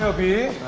ah be